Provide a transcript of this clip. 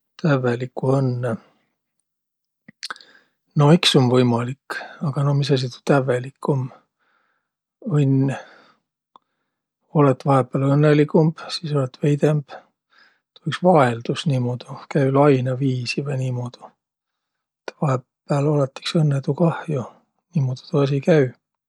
Tävvelikku õnnõ? No iks um võimalik. Aga no misasi tuu tävvelik um? Õnn. Olõt vahepääl õnnõligumb. Sis olõt veidemb. Tuu iks vaeldus niimuudu. Käü lainõviisi vai niimuudu. Et vahepääl olõt iks õnnõdu kah jo. Niimuudu tuu asi käü.